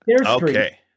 Okay